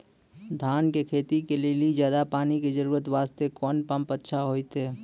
धान के खेती के लेली ज्यादा पानी के जरूरत वास्ते कोंन पम्प अच्छा होइते?